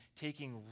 taking